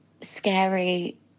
scary